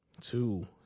two